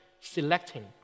selecting